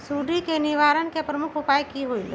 सुडी के निवारण के प्रमुख उपाय कि होइला?